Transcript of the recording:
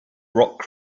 rock